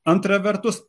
antra vertus